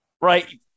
right